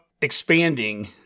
expanding